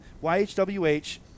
Y-H-W-H